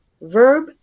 Verb